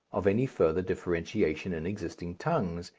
of any further differentiation in existing tongues,